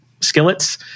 skillets